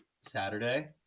Saturday